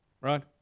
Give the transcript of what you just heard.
right